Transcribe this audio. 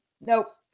Nope